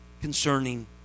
concerning